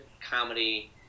comedy